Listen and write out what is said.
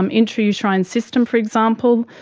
um intrauterine and system, for example,